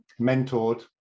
mentored